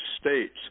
States